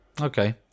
okay